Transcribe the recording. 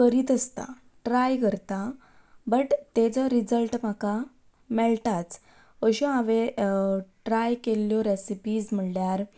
करीच आसता ट्राय करता बट ताजो रिजल्ट म्हाका मेळटाच अश्यो हांवें ट्राय केल्ल्यो रॅसिपीज म्हणल्यार